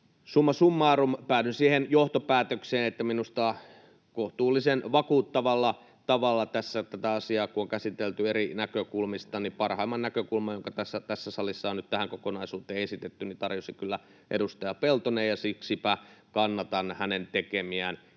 Summa summarum: Päädyn siihen johtopäätökseen, että minusta kohtuullisen vakuuttavalla tavalla, kun tässä on tätä asiaa käsitelty eri näkökulmista, parhaimman näkökulman, joka tässä salissa on nyt tähän kokonaisuuteen esitetty, tarjosi kyllä edustaja Peltonen, ja siksipä kannatan hänen tekemiään